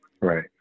Right